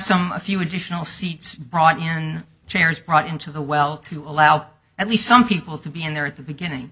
some a few additional seats brought in chairs brought into the well to allow at least some people to be in there at the beginning